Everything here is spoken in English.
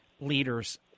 leaders